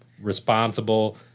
responsible